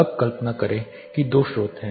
अब कल्पना करें कि दो स्रोत हैं